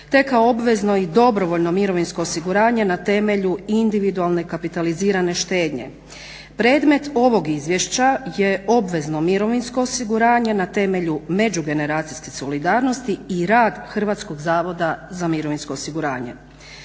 te kao obvezno i dobrovoljno mirovinsko osiguranje na temelju individualne kapitalizirane štednje. Predmet ovog izvješća je obvezno mirovinsko osiguranje na temelju međugeneracijske solidarnosti i rad Hrvatskog zavoda za mirovinsko osiguranje.